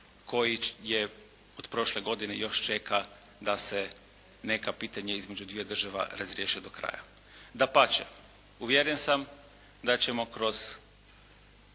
koji je od prošle godine još čeka da se neka pitanja između dviju država razriješe do kraja. Dapače, uvjeren sam da ćemo kroz